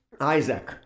Isaac